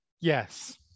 yes